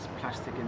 plastic